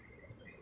mmhmm